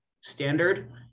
standard